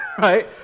right